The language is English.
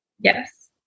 Yes